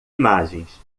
imagens